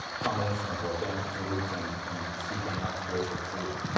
combination of organic foods and and seeking out spiritual truth.